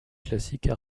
classiques